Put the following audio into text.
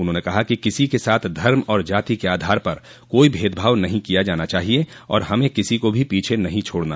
उन्होंने कहा कि किसी के साथ धर्म और जाति के आधार पर कोई भेदभाव नहीं किया जाना चाहिए और हमें किसी को भी पीछे नहीं छोड़ना